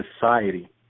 society